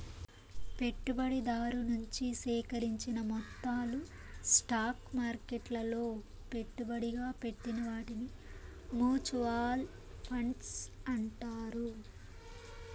పెట్టుబడిదారు నుంచి సేకరించిన మొత్తాలు స్టాక్ మార్కెట్లలో పెట్టుబడిగా పెట్టిన వాటిని మూచువాల్ ఫండ్స్ అంటారు